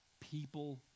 people